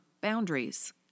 boundaries